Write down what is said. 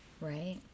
Right